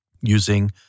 using